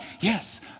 Yes